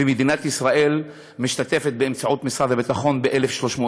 ומדינת ישראל משתתפת, באמצעות משרד הביטחון,